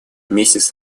месяц